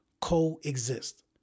coexist